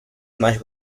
smash